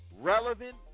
relevant